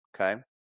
okay